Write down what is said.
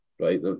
Right